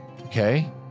Okay